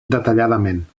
detalladament